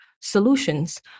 solutions